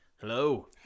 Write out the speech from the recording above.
Hello